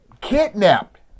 kidnapped